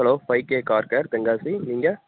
hello five K car care Tenkasi நீங்கள்